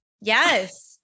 Yes